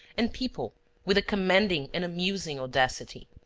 and people with a commanding and amusing audacity.